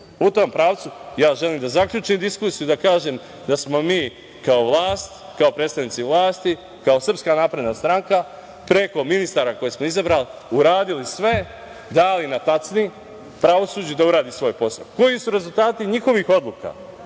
tom pravcu, ja želim da zaključim diskusiju, da kažem da smo mi kao vlast, kao predstavnici vlasti, kao SNS preko ministara koje smo izabrali uradili sve, dali na tacni pravosuđu da uradi svoj posao. Koji su rezultati njihovih odluka,